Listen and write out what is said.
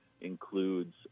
includes